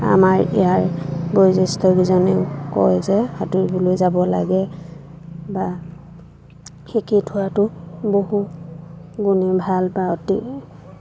আমাৰ ইয়াৰ বয়োজ্যেষ্ঠকেইজনেও কয় যে সাঁতুৰিবলৈ যাব লাগে বা শিকি থোৱাটো বহু গুণে ভাল বা অতি